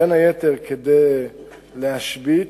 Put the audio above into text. בין היתר כדי להשבית,